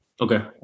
okay